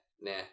nah